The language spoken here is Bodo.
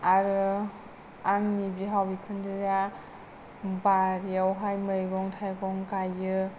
आरो आंनि बिहाव बिखुनजोआ बारिआवहाय मैगं थायगं गायो